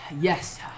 yes